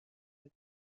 کرده